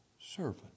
servant